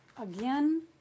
Again